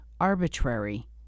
arbitrary